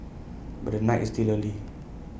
but the night is still early